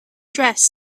dressed